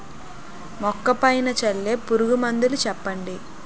మొక్క పైన చల్లే పురుగు మందులు చెప్పండి?